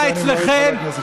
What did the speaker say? לקחו לי מהזמן,